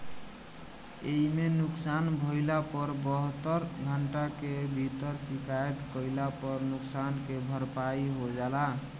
एइमे नुकसान भइला पर बहत्तर घंटा के भीतर शिकायत कईला पर नुकसान के भरपाई हो जाला